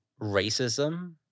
racism